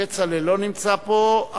כצל'ה לא נמצא פה,